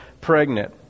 pregnant